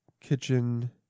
kitchen